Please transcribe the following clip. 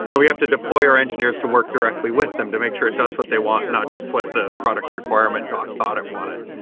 and we have to deploy our engineers to work directly with them to make sure it does what they want, not just what the product requirement thought it wanted.